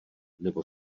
nebo